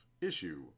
Issue